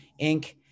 Inc